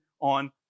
on